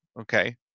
okay